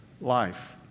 life